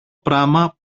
πράμα